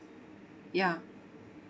ya